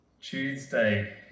Tuesday